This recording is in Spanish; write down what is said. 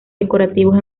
decorativos